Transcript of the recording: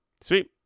Sweet